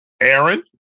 Aaron